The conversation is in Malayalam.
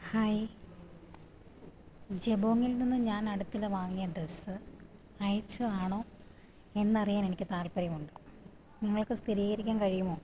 ഹായ് ജബോംഗിൽ നിന്ന് ഞാൻ അടുത്തിടെ വാങ്ങിയ ഡ്രസ്സ് അയച്ചതാണോ എന്നറിയാൻ എനിക്ക് താൽപ്പര്യമുണ്ട് നിങ്ങൾക്ക് സ്ഥിരീകരിക്കാൻ കഴിയുമോ